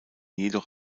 jedoch